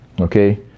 okay